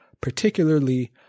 particularly